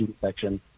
section